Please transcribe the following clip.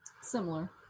similar